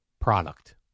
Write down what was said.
product